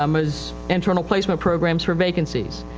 um is internal placement programs for vacancies.